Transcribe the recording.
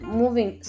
moving